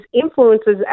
influences